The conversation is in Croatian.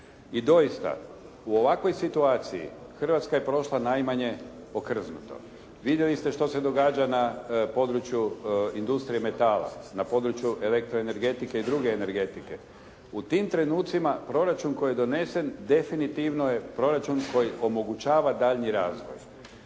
I doista u ovakvoj situaciji Hrvatska je prošla najmanje okrznuto. Vidjeli ste što se događa na području industrije metala, na području elektroenergetike i druge energetike. U tim trenutcima proračun koji je donesen definitivno je proračun koji omogućava daljnji razvoj.